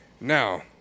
Now